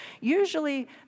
usually